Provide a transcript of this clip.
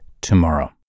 tomorrow